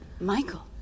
Michael